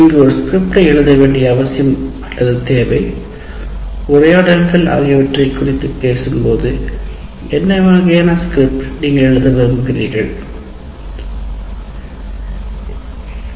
இங்கே ஒரு ஸ்கிரிப்டை எழுத வேண்டிய அவசியம் அல்லது தேவை உரையாடல்கள் ஆகியவற்றைக் குறித்து பேசும்போது என்ன வகையானவை ஸ்கிரிப்ட் நீங்கள் எழுத விரும்புகிறீர்களா